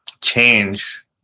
change